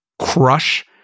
crush